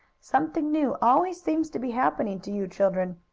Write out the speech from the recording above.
something new always seems to be happening to you children.